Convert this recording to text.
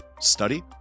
study